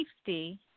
safety